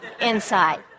inside